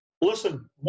Listen